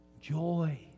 joy